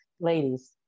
ladies